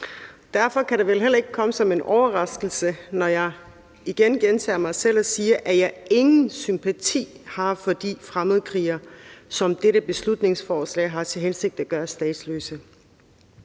Derfor kan det vel heller ikke komme som en overraskelse, når jeg gentager mig selv og siger, at jeg ingen sympati har for de fremmedkrigere, som dette beslutningsforslag har til hensigt at gøre statsløse.